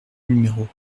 numéros